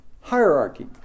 hierarchy